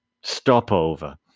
stopover